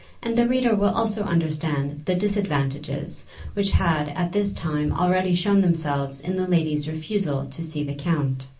and the reader will also understand the disadvantages which had at this time already shown themselves in the lady's refusal to see the count.